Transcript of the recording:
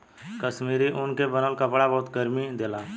कश्मीरी ऊन के बनल कपड़ा बहुते गरमि देला